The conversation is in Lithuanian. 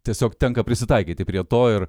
tiesiog tenka prisitaikyti prie to ir